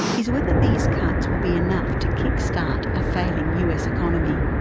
is whether these cuts will be enough to kick-start a failing us economy.